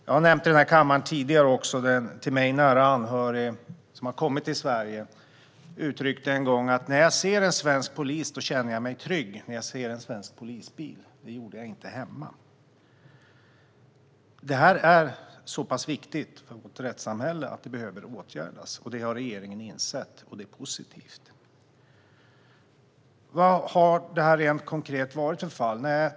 Jag har tidigare i den här kammaren nämnt att en till mig nära anhörig som har kommit till Sverige en gång uttryckte: När jag ser en polis eller polisbil i Sverige känner jag mig trygg. Det gjorde jag inte hemma. Det här är så pass viktigt för vårt rättssamhälle att det behöver åtgärdas. Det har regeringen insett, och det är positivt. Vad har det då rent konkret varit fråga om för fall?